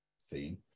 see